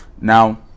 Now